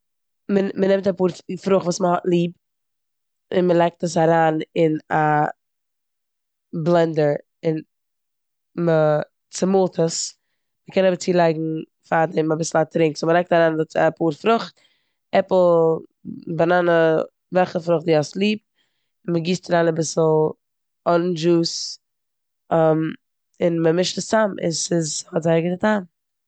מ- מ'נעמט אפאר פר- פרוכט וואס מ'האט ליב און מ'לייגט עס אריין אין א בלענדער און מ'צומאלט עס. מ'קען אבער צילייגן פארדעם אביסל א טרינק, סאו מ'לייגט אריין אפאר פרוכט, עפל, באנאנע, וועלכע פרוכט די האסט ליב און מ'גיסט אריין אביסל אראנדש דשוס און מ'מישט עס צאם און ס'איז- האט זייער א גוטע טעם.